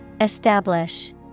Establish